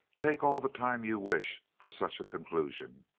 take all the time you wish for such a conclusion.